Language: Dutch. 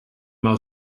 maal